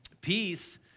peace